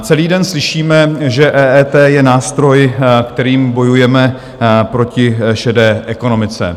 Celý den slyšíme, že EET je nástroj, kterým bojujeme proti šedé ekonomice.